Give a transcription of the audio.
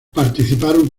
participaron